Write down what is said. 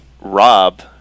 Rob